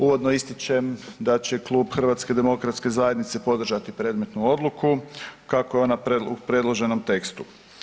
Uvodno ističem da će Klub HDZ-a podržati predmetnu odluku kako je one, u predloženom tekstu.